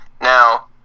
now